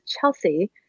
Chelsea